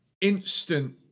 instant